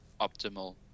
optimal